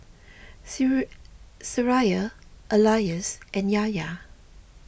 Syirah Elyas and Yahya